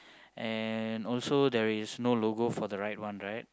and also there is no logo for the right one right